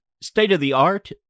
state-of-the-art